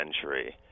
century